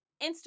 Instagram